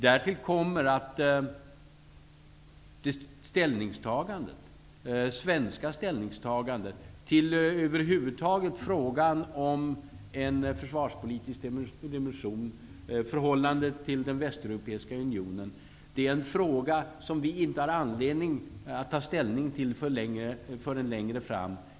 Därtill kommer att det svenska ställningstagandet till frågan om en försvarspolitisk dimension, förhållandet till den västeuropeiska unionen, är någonting som vi inte har anledning att ta upp förrän längre fram.